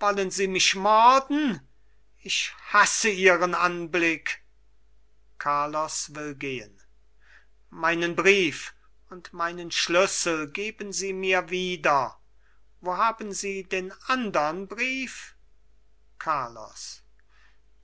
wollen sie mich morden ich hasse ihren anblick carlos will gehen meinen brief und meinen schlüssel geben sie mir wieder wo haben sie den andern brief carlos